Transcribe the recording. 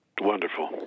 Wonderful